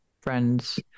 friends